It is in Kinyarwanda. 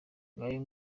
ngayo